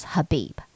Habib